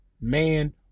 Man